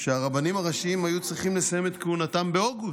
שהרבנים הראשיים היו צריכים לסיים את כהונתם באוגוסט,